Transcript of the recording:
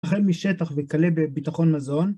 החל משטח וכלה בביטחון מזון